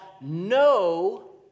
no